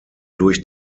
durch